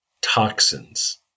toxins